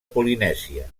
polinèsia